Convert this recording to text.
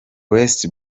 west